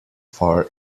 far